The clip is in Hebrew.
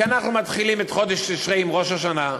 כי אנחנו מתחילים את חודש תשרי עם ראש השנה.